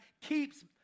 keeps